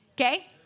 Okay